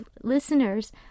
listeners